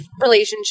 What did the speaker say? relationship